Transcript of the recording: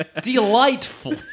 Delightful